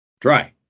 dry